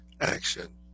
action